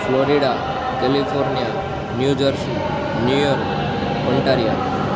Florida California new jersey New York Ontario